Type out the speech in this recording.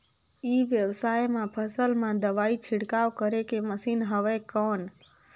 ई व्यवसाय म फसल मा दवाई छिड़काव करे के मशीन हवय कौन?